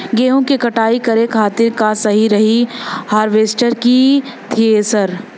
गेहूँ के कटाई करे खातिर का सही रही हार्वेस्टर की थ्रेशर?